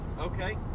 Okay